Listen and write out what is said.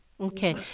Okay